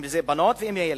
אם בנות ואם ילדים.